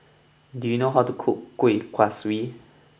do you know how to cook Kuih Kaswi